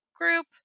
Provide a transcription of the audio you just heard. group